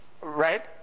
Right